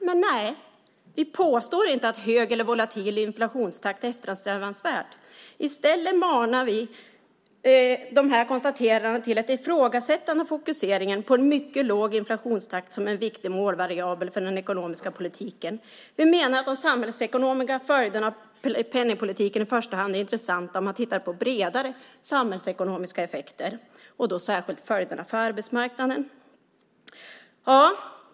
Men nej, vi påstår inte att hög eller volatil inflationstakt är eftersträvansvärt. I stället manar vi med dessa konstateranden till ett ifrågasättande av fokuseringen på en mycket låg inflationstakt som en viktig målvariabel för den ekonomiska politiken. Vi menar att de samhällsekonomiska följderna av penningpolitiken i första hand är intressanta om man tittar på bredare samhällsekonomiska effekter och då särskilt följderna för arbetsmarknaden.